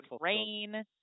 rain